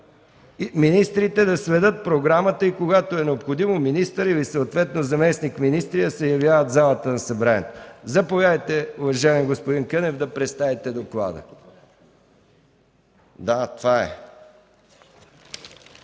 министрите да следят програмата и когато е необходимо – министър или съответно заместник-министри, да се явяват в залата на Събранието. Заповядайте, уважаеми господин Кънев, за да представите доклада. ДОКЛАДЧИК